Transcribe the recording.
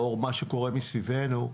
לאור מה שקורה מסביבנו,